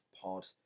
pod